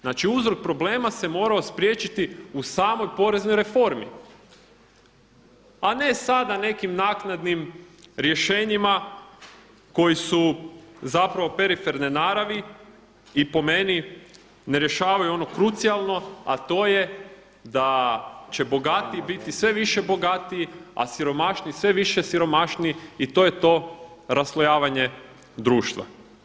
Znači, uzrok problema se morao spriječiti u samoj poreznoj reformi, a ne sada nekim naknadnim rješenjima koja su zapravo periferne naravi i po meni ne rješavaju ono krucijalno, a to je da će bogatiji biti sve više bogatiji, a siromašniji sve više siromašniji i to je to raslojavanje društva.